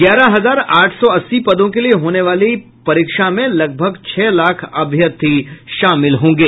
ग्यारह हजार आठ सौ अस्सी पदों के लिए होने वाली परीक्षा में लगभग छह लाख अभ्यर्थी शामिल होंगे